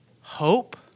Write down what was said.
hope